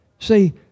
See